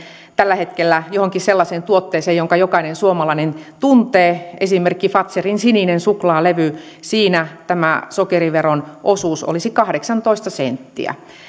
tällä hetkellä johonkin sellaiseen tuotteeseen jonka jokainen suomalainen tuntee esimerkiksi fazerin sinisessä suklaalevyssä tämä sokeriveron osuus olisi kahdeksantoista senttiä